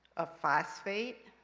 a phosphate,